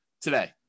today